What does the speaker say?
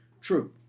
true